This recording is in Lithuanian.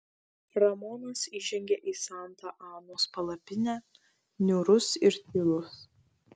ramonas įžengė į santa anos palapinę niūrus ir tylus